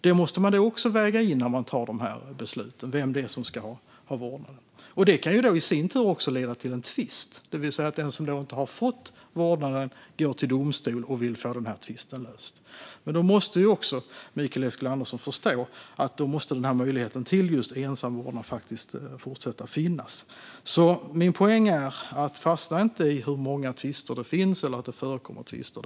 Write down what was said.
Det måste man också väga in när man fattar beslut om vem som ska ha vårdnaden. Det kan i sin tur leda till en tvist, det vill säga att den som inte har fått vårdnaden går till domstol och vill få tvisten löst. Mikael Eskilandersson måste förstå att då måste möjligheten till ensam vårdnad fortsätta finnas. Min poäng är att man inte ska fastna i hur många tvister det finns eller att det förekommer tvister.